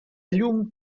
llum